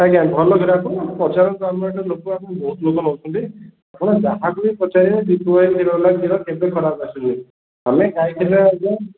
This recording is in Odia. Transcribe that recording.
ଆଜ୍ଞା ଭଲ କ୍ଷୀର ଆପଣ ପଚାରନ୍ତୁ ଆମ ଏଠି ଲୋକ ଆମ ବହୁତ ଲୋକ ନେଉଛନ୍ତି ଆପଣ ଯାହାକୁ ବି ପଚାରିବେ ଦୀପୁ ଭାଇ କ୍ଷୀରବାଲା କ୍ଷୀର କେବେ ଖରାପ ଆସୁନି ଆମେ ଗାଈ କ୍ଷୀର ଆଜ୍ଞା